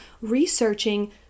researching